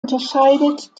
unterscheidet